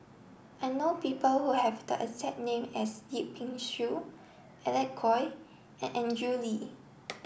I know people who have the exact name as Yip Pin Xiu Alec Kuok and Andrew Lee